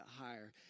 higher